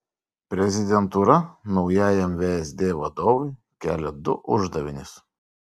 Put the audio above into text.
prezidentūra naujajam vsd vadovui kelia du uždavinius